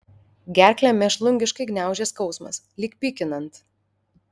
gerklę mėšlungiškai gniaužė skausmas lyg pykinant